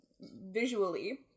visually